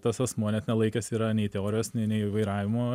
tas asmuo net nelaikęs yra nei teorijos nei nei vairavimo